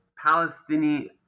Palestinian